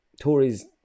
Tories